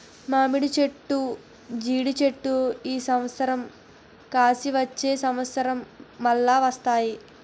మామిడి చెట్లు జీడి చెట్లు ఈ సంవత్సరం కాసి వచ్చే సంవత్సరం మల్ల వస్తాయి